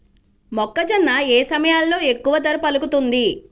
మొక్కజొన్న ఏ సమయంలో ఎక్కువ ధర పలుకుతుంది?